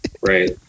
right